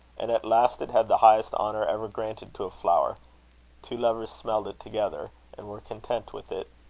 and at last it had the highest honour ever granted to a flower two lovers smelled it together, and were content with it.